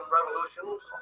Revolutions